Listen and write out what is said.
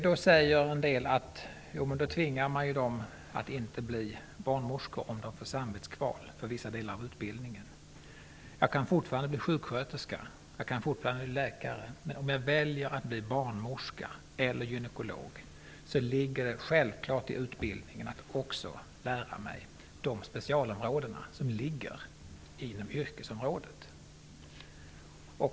Då säger en del att man tvingar dem att inte bli barnmorskor, om de får samvetskval för vissa delar av utbildningen. Jag kan fortfarande bli sjuksköterska eller läkare, men om jag väljer att bli just barnmorska eller gynekolog, så ligger det självklart i utbildningen att också lära mig de specialområden som ligger i yrket.